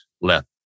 left